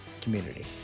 community